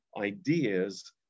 ideas